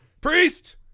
Priest